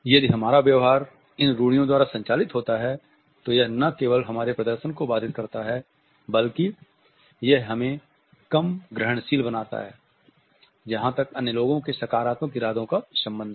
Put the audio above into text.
यदि हमारा व्यवहार इन रूढ़ियों द्वारा संचालित होता है तो यह न केवल हमारे प्रदर्शन को बाधित करता है बल्कि यह हमें कम ग्रहणशील बनाता है जहां तक अन्य लोगों के सकारात्मक इरादों का संबंध है